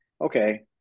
okay